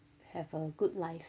have a good life